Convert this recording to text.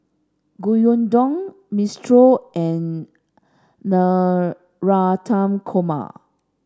Gyudon Minestrone and Navratan Korma